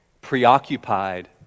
preoccupied